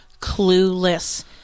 clueless